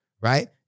right